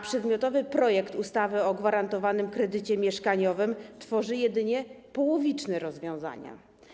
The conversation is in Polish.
Przedmiotowy projekt ustawy o gwarantowanym kredycie mieszkaniowym tworzy bowiem jedynie połowiczne rozwiązania.